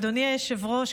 אדוני היושב-ראש,